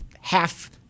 half –